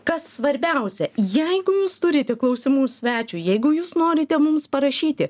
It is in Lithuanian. kas svarbiausia jeigu jūs turite klausimų svečiui jeigu jūs norite mums parašyti